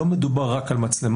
לא מדובר רק על מצלמות.